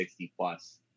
60-plus